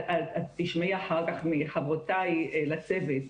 את תשמעי אחר כך מחברותיי לצוות,